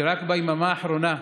שרק ביממה האחרונה,